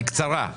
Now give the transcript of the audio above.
בקצרה.